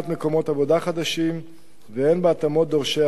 עבודה חדשים והן בהתאמות דורשי העבודה.